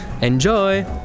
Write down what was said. enjoy